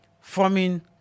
forming